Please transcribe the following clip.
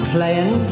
playing